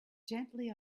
gently